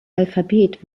alphabet